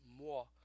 more